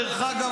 דרך אגב,